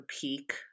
peak